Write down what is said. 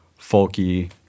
folky